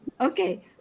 Okay